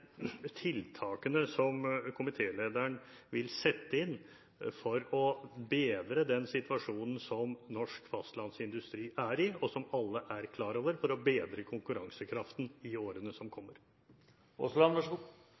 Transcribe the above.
tiltakene som komitelederen vil sette inn for å bedre den situasjonen som norsk fastlandsindustri er i, og som alle er klar over, og for å bedre konkurransekraften i årene som